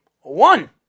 One